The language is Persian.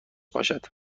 باشد